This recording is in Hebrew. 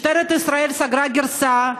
משטרת ישראל סגרה גרסה,